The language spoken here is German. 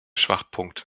schwachpunkt